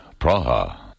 Praha